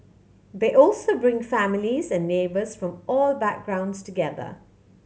they also bring families and neighbours from all backgrounds together